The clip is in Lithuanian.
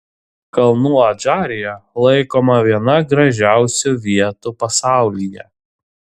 kalnų adžarija laikoma viena gražiausių vietų pasaulyje